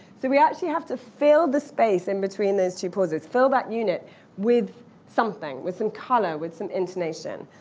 so we actually have to fill the space in between those two pauses. fill that unit with something, with some and color, with some intonation.